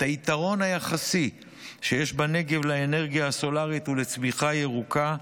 את היתרון היחסי שיש בנגב לאנרגיה הסולרית ולצמיחה ירוקה,